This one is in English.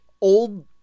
old